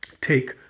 take